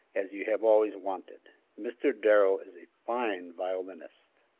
as you have always wanted mr. darrell is a fine violinist.